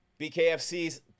BKFC's